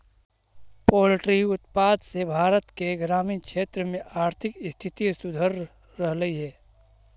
poultry उत्पाद से भारत के ग्रामीण क्षेत्र में आर्थिक स्थिति सुधर रहलई हे